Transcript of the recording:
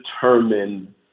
determine